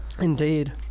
Indeed